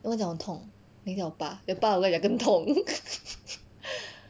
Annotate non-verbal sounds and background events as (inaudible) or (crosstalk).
我讲很痛 then 叫我拔 then 拔了我讲更痛 (laughs)